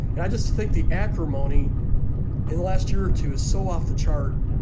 and i just think the acrimony in the last year or two is so off the chart.